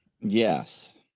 Yes